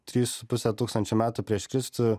trys su puse tūkstančio metų prieš kristų